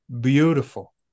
beautiful